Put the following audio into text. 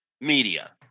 Media